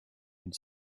had